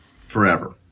Forever